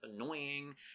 annoying